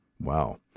Wow